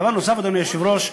דבר נוסף, אדוני היושב-ראש,